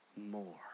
more